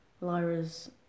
Lyra's